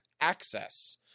Access